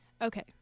Okay